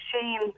shame